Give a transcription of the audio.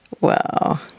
Wow